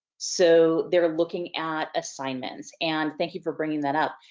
so, they're looking at assignments, and thank you for bringing that up.